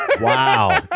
Wow